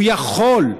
הוא יכול.